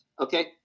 Okay